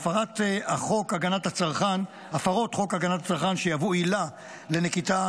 הפרות חוק הגנת הצרכן שיהוו עילה לנקיטה